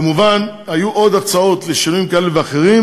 כמובן היו עוד הצעות לשינויים כאלה ואחרים.